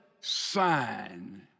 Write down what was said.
sign